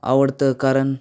आवडतं कारण